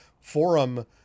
forum